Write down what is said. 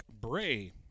Bray